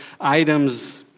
items